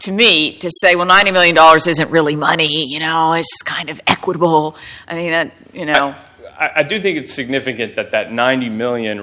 to me to say well ninety million dollars isn't really money you know kind of equitable and then you know i do think it's significant that that ninety million